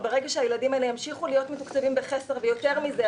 אם הילדים האלה ימשיכו להיות מתוקצבים בחסר יותר מזה,